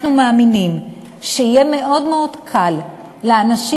אנחנו מאמינים שיהיה מאוד מאוד קל לאנשים